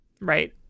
Right